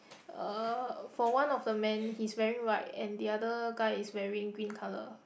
uh for one of the men he is wearing white and the other guy is wearing green colour